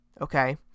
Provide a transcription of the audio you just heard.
Okay